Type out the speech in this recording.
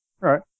Right